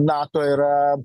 nato yra